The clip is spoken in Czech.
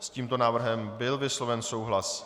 S tímto návrhem byl vysloven souhlas.